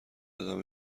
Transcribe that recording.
دادم